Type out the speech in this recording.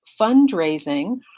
fundraising